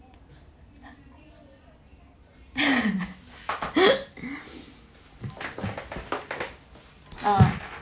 uh